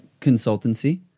consultancy